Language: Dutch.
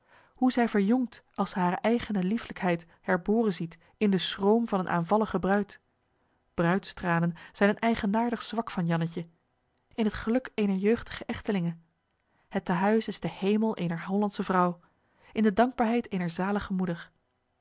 hoe zij verjongt als ze hare eigene liefelijkheid herboren ziet in den schroom van eene aanvallige bruid bruidstranen zijn een eigenaardig zwak van jannetje in het geluk eener jeugdige echtelinge het te huis is de hemel eener hollandsche vrouw in de dankbaarheid eener zalige moeder